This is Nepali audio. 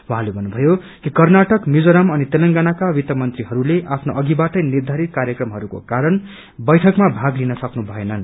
उहाँले भन्नुभयो कि कर्नाटक मिजोराम अनि तेलंगानाका वित्त मंत्रीले आफ्नो अधिबाटै निर्घारित कार्यक्रमहरूको कारण बैइकमा भाग लिन सम्पनु भएनन्